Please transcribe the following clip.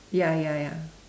ya ya ya